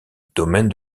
domaine